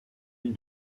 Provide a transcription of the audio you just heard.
île